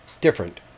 different